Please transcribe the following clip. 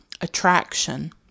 attraction